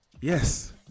yes